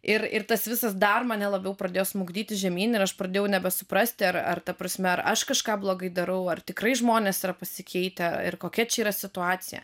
ir ir tas visas dar mane labiau pradėjo smukdyti žemyn ir aš pradėjau nebesuprasti ar ar ta prasme ar aš kažką blogai darau ar tikrai žmonės yra pasikeitę ir kokia čia yra situacija